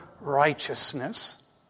righteousness